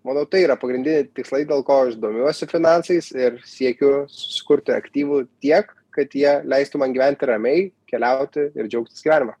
manau tai yra pagrindiniai tikslai dėl ko aš domiuosi finansais ir siekiu sukurti aktyvų tiek kad jie leistų man gyventi ramiai keliauti ir džiaugtis gyvenimu